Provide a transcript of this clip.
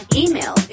email